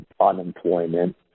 unemployment